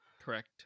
Correct